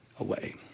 away